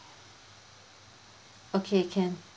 okay can